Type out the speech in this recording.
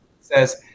says